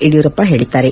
ಯಡಿಯೂರಪ್ಪ ಹೇಳಿದ್ದಾರೆ